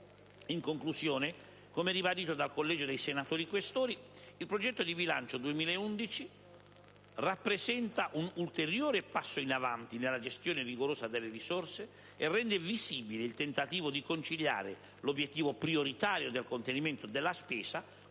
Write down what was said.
In conclusione, come ribadito dal Collegio dei senatori Questori, il progetto di bilancio 2011 rappresenta un ulteriore passo in avanti nella gestione rigorosa delle risorse e rende visibile il tentativo di conciliare l'obiettivo prioritario del contenimento della spesa con la piena funzionalità